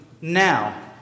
now